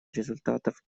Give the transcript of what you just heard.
результатов